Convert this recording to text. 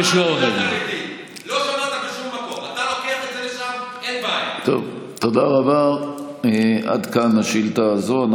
אתה התחלת לדבר על חרדים, לא אני.